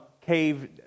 cave